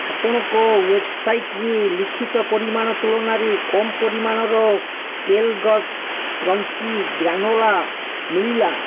ଆପଣଙ୍କ ୱେବ୍ସାଇଟ୍ରେ ଲିଖିତ ପରିମାଣ ତୁଳନାରେ କମ୍ ପରିମାଣର କେଲଗ୍ସ୍ କ୍ରଞ୍ଚି ଗ୍ରାନୋଲା ମିଳିଲା